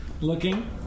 Looking